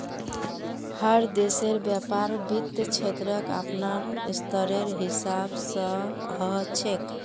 हर देशेर व्यापार वित्त क्षेत्रक अपनार स्तरेर हिसाब स ह छेक